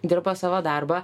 dirba savo darbą